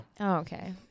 Okay